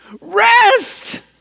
Rest